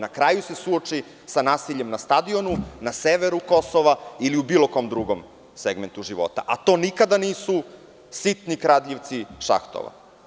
Na kraju se suoči sa nasiljem na stadionu na severu Kosova ili u bilo kom drugom segmentu života, a to nikada nisu sitni kradljivci šahtova.